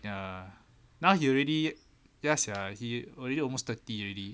ya now he already ya sia he already almost thirty already